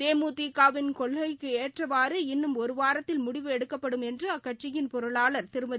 தேமுதிகவின் கொள்கைக்கு ஏற்றவாறு இன்னும் ஒரு வாரத்தில் முடிவு எடுக்கப்படும் என்று அக்கட்சியின் பொருளாளர் திருமதி